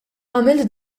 għamilt